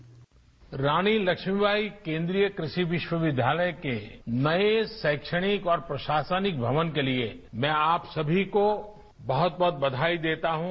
bite Rani Laxmibai केन्द्रीय कृषि विश्वविद्यालय के नए शैक्षणिक और प्रशासनिक भवन के लिए मैं आप सभी को बहुत बहुत बधाई देता हूं